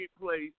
place